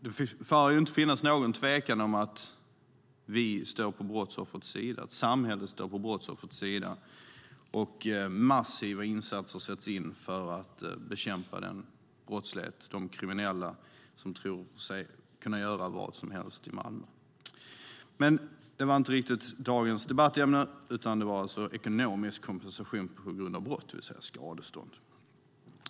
Det får inte finnas någon tvekan om att samhället står på brottsoffrets sida och att massiva insatser sätts in för att bekämpa den brottslighet och de kriminella som tror sig kunna göra vad som helst i Malmö. Detta är dock inte riktigt dagens debattämne, utan det handlar om ekonomisk kompensation på grund av brott, det vill säga skadestånd.